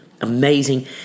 amazing